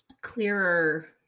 clearer